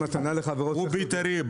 הוא בית"רי.